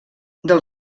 del